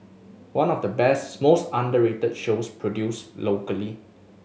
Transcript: one of the best most underrated shows produced locally